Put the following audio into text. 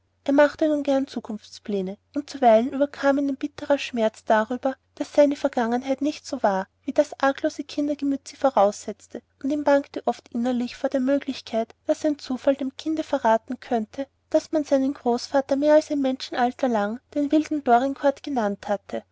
er machte nun gern zukunftspläne und zuweilen überkam ihn ein bittrer schmerz darüber daß seine vergangenheit nicht so war wie das arglose kindergemüt sie voraussetzte und ihm bangte oft innerlich vor der möglichkeit daß ein zufall dem kinde verraten könnte daß man seinen großvater mehr als ein menschenalter lang den wilden dorincourt genannt hatte